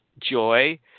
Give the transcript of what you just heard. joy